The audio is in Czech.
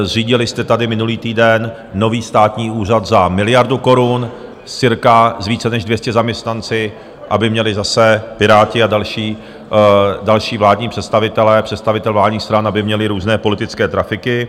Zřídili jste tady minulý týden nový státní úřad za miliardu korun s více než 200 zaměstnanci, aby měli zase Piráti a další vládní představitelé, představitelé vládních stran, aby měli různé politické trafiky.